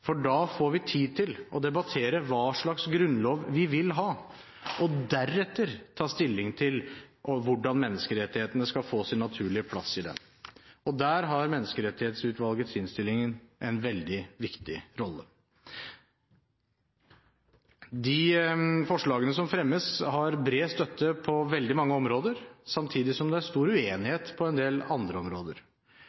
for da får vi tid til å debattere hva slags grunnlov vi vil ha og deretter ta stilling til hvordan menneskerettighetene skal få sin naturlige plass i den. Der har Menneskerettighetsutvalgets innstilling en veldig viktig rolle. De forslagene som fremmes, har bred støtte på veldig mange områder, samtidig som det er stor